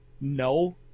No